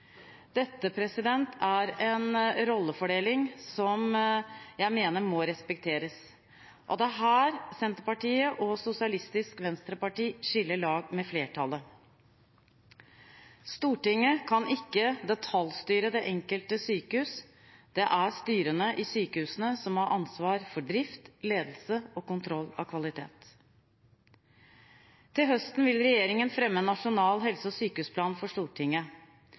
Dette er en rollefordeling som jeg mener må respekteres. Det er her Senterpartiet og Sosialistisk Venstreparti skiller lag med flertallet. Stortinget kan ikke detaljstyre det enkelte sykehus. Det er styrene i sykehusene som har ansvar for drift, ledelse og kontroll av kvalitet. Til høsten vil regjeringen fremme en nasjonal helse- og sykehusplan for Stortinget,